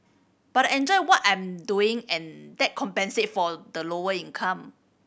but I enjoy what I'm doing and that compensate for the lower income